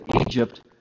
Egypt